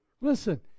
listen